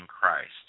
Christ